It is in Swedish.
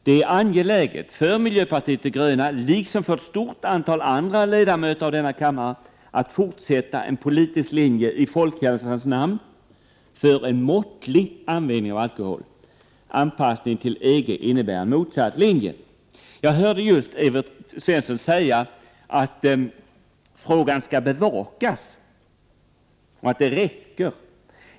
Det är angeläget för miljöpartiet de gröna liksom för ett stort antal ledamöter i denna kammare att fortsätta en politisk linje i folkhälsans namn för en måttlig användning av alkohol; anpassningen till EG innebär en motsatt linje. Jag hörde just Evert Svensson säga att frågan skall bevakas och att det 99 räcker.